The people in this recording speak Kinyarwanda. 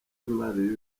y’imari